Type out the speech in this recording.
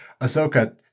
Ahsoka